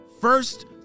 first